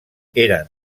eren